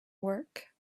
work